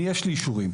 יש לי אישורים.